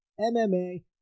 MMA